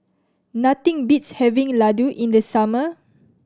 nothing beats having Ladoo in the summer